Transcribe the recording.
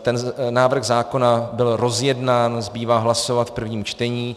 Ten návrh zákona byl rozjednán, zbývá hlasovat v prvním čtení.